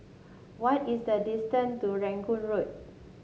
what is the distance to Rangoon Road